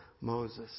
Moses